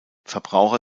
verbraucher